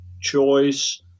choice